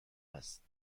است